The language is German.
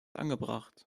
angebracht